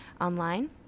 online